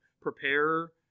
prepare